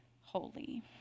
holy